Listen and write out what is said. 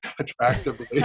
attractively